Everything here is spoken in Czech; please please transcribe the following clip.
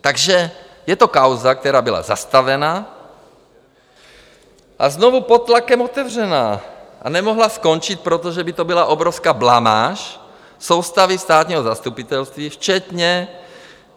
Takže je to kauza, která byla zastavena a znovu pod tlakem otevřena, a nemohla skončit, protože by to byla obrovská blamáž soustavy státního zastupitelství včetně